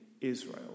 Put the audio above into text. Israel